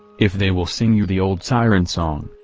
if they will sing you the old siren song,